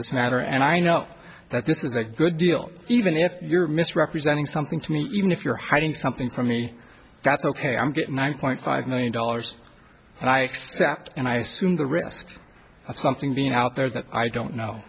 this matter and i know that this is a good deal even if you're misrepresenting something to me even if you're hiding something from me that's ok i'm getting one point five million dollars and i accept and i assume the risk of something being out there is that i don't know